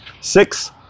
Six